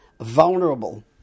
vulnerable